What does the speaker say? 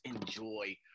enjoy